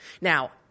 Now